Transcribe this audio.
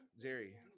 Jerry